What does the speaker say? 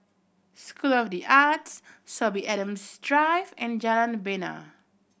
School of The Arts Sorby Adams Drive and Jalan Bena